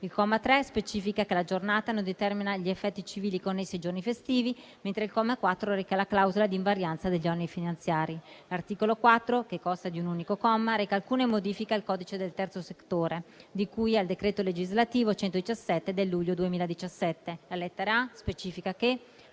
Il comma 3 specifica che la Giornata non determina gli effetti civili connessi ai giorni festivi, mentre il comma 4 reca la clausola di invarianza degli oneri finanziari. L'articolo 4, che consta di un unico comma, reca alcune modifiche al codice del Terzo settore, di cui al decreto legislativo n. 117 del luglio 2017. La lettera *a)* specifica che,